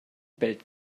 bellt